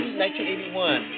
1981